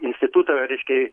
institutą reiškia